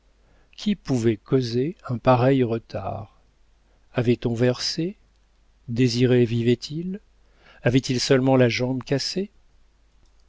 qui pouvait causer un pareil retard avait-on versé désiré vivait-il avait-il seulement la jambe cassée